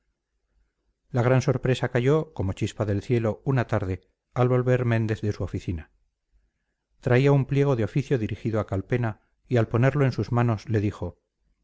la gran sorpresa cayó como chispa del cielo una tarde al volver méndez de su oficina traía un pliego de oficio dirigido a calpena y al ponerlo en sus manos le dijo